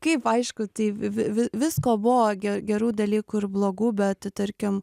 kaip aišku tai vi vi vi visko buvo ge gerų dalykų ir blogų bet tarkim